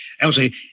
Elsie